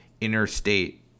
interstate